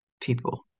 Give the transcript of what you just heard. people